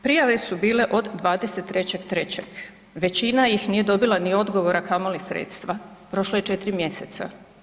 Prijave su bile od 23.3., većina ih nije dobila ni odgovor, a kamoli sredstva, prošlo je 4 mjeseca.